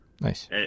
Nice